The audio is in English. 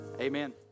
amen